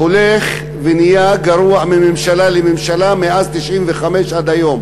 הולך ונהיה גרוע מממשלה לממשלה מאז 1995 עד היום.